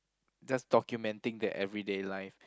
just documenting the everyday life